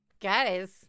Guys